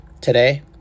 today